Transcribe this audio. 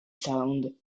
sound